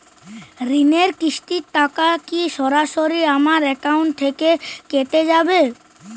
ঋণের কিস্তির টাকা কি সরাসরি আমার অ্যাকাউন্ট থেকে কেটে যাবে?